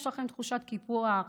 יש לכם תחושת קיפוח,